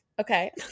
Okay